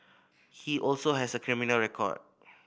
he also has a criminal record